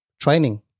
training